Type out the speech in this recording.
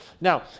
Now